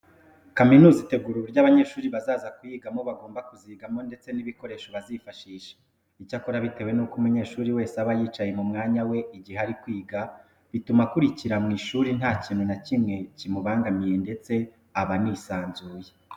Kaminuza itegura uburyo abanyeshuri bazaza kuyigamo bagomba kuzigamo ndetse n'ibikoresho bazifashisha. Icyakora bitewe nuko umunyeshuri wese aba yicaye mu mwanya we igihe ari kwiga, bituma akurikira mu ishuri nta kintu na kimwe kimubangamiye ndetse aba anisanzuye.